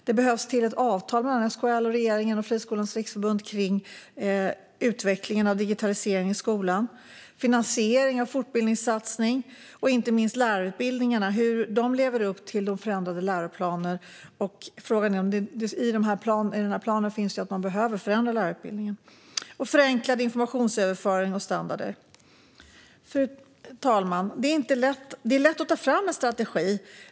Det behövs ett avtal mellan SKL och regeringen och Friskolornas riksförbund om utvecklingen av digitaliseringen i skolan, finansiering av en fortbildningssatsning och inte minst lärarutbildningarna. Det handlar om hur de lever upp till förändrade läroplaner. I planen finns att man behöver förändra lärarutbildningen. Det handlar också om förenklad informationsöverföring och standarder. Fru talman! Det är lätt att ta fram en strategi.